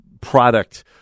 product